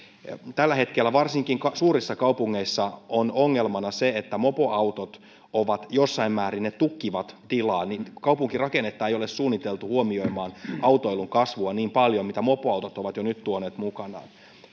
tällä hetkellä varsinkin suurissa kaupungeissa on ongelmana se että mopoautot jossain määrin tukkivat tilaa kaupunkirakennetta ei ole suunniteltu huomioimaan autoilun kasvua niin paljon mitä mopoautot ovat jo nyt tuoneet mukanaan